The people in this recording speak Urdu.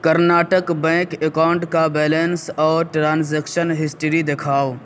کرناٹک بینک اکاؤنٹ کا بیلنس اور ٹرانزیکشن ہسٹری دکھاؤ